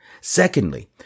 Secondly